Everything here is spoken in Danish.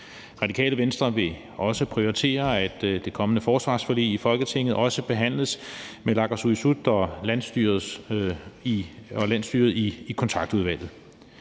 Radikale Venstre vil også prioritere, at det kommende forsvarsforlig i Folketinget også behandles med naalakkersuisut og landsstyret i kontaktudvalget.